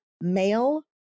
male